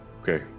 okay